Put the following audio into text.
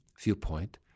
Viewpoint